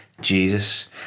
Jesus